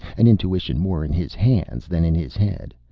an intuition more in his hands than in his head.